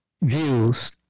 views